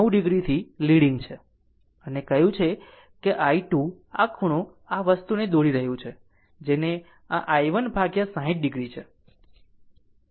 9o થી leading છે અને કહ્યું છે કે i2 આ ખૂણો આ વસ્તુને દોરી રહ્યું છે જેને આ i1 60 o છે